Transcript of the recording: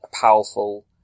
powerful